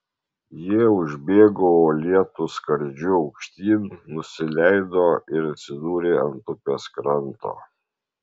jie užbėgo uolėtu skardžiu aukštyn nusileido ir atsidūrė ant upės kranto